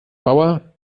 bauer